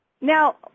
Now